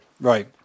Right